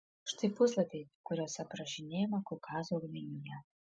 štai puslapiai kuriuose aprašinėjama kaukazo augmenija